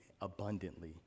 abundantly